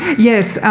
yes.